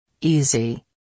Easy